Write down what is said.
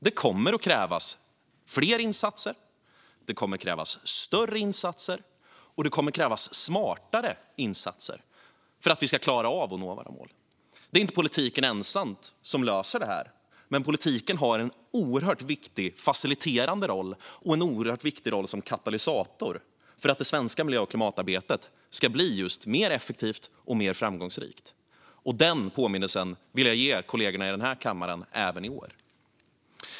Det kommer att krävas fler insatser, det kommer att krävas större insatser och det kommer att krävas smartare insatser för att vi ska klara av att nå våra mål. Det är inte politiken ensam som löser det här, men politiken har en oerhört viktig faciliterande roll och en oerhört viktig roll som katalysator för att det svenska miljö och klimatarbetet ska bli just mer effektivt och mer framgångsrikt. Den påminnelsen vill jag ge kollegorna i kammaren även i år.